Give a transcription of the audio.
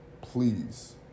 please